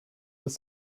des